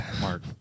Mark